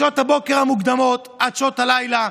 משעות הבוקר המוקדמות עד שעות הלילה,